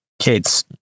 kids